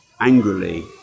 angrily